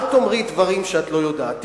אל תאמרי דברים שאת לא יודעת.